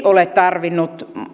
ole tarvinneet